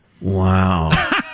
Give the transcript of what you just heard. Wow